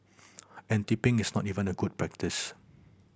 and tipping is not even a good practice